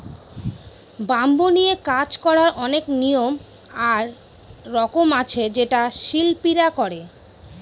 bamboo নিয়ে কাজ করার অনেক নিয়ম আর রকম আছে যেটা শিল্পীরা করে